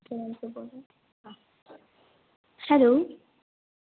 hello